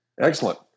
Excellent